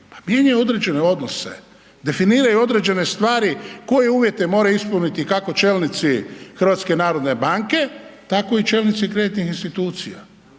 mijenjaju određene odnose, definiraju određene stvari koje uvjete moraju ispuniti i kako čelnici HNB-a, tako i čelnici kreditnih institucija.